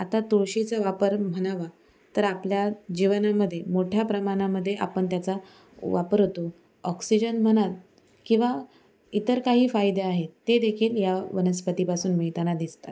आता तुळशीचा वापर म्हणावा तर आपल्या जीवनामध्ये मोठ्या प्रमाणामध्ये आपण त्याचा वापर होतो ऑक्सिजन म्हणा किंवा इतर काही फायदे आहेत तेदेखील या वनस्पतीपासून मिळताना दिसतात